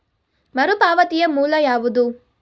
ಮರುಪಾವತಿಯ ಮೂಲ ಯಾವುದು?